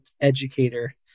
educator